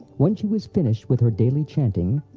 when she was finished with her daily chanting,